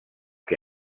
que